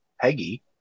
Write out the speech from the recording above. Peggy